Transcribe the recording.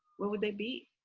what would they be?